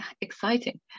exciting